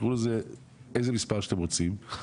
תקראו לזה איזה מספר שאתם רוצים,